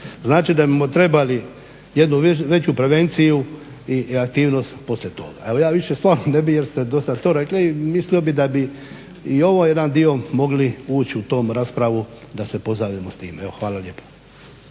Znači da bi smo trebali jednu veću prevenciju i aktivnost poslije toga. Evo, ja više stvarno ne bi jer ste dosta to rekli, mislio bi da bi i ovaj jedan dio mogli ući u tu raspravu da se pozabavimo time. Evo, hvala lijepo.